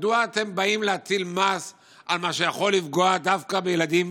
מדוע אתם באים להטיל מס על מה שיכול לפגוע דווקא בילדים